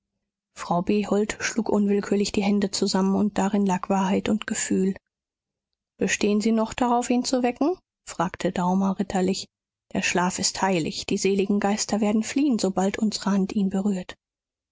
frau behold schlug unwillkürlich die hände zusammen und darin lag wahrheit und gefühl bestehen sie noch darauf ihn zu wecken fragte daumer richterlich der schlaf ist heilig die seligen geister werden fliehen sobald unsre hand ihn berührt